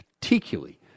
particularly